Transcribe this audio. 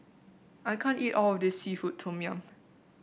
I can't eat all of this seafood Tom Yum